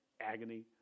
agony